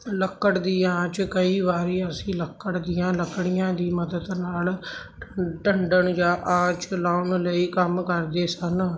ਲੱਕੜ ਦੀ ਆਂਚ ਕਈ ਵਾਰੀ ਅਸੀਂ ਲੱਕੜ ਦੀਆਂ ਲੱਕੜੀਆਂ ਦੀ ਮਦਦ ਨਾਲ ਢੰ ਢੰਡਣ ਜਾਂ ਆਂਚ ਚਲਾਉਣ ਲਈ ਕੰਮ ਕਰਦੇ ਸਨ